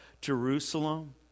Jerusalem